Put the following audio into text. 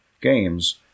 games